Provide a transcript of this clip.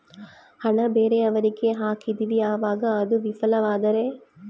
ಹಣ ಬೇರೆಯವರಿಗೆ ಹಾಕಿದಿವಿ ಅವಾಗ ಅದು ವಿಫಲವಾದರೆ?